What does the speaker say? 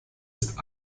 ist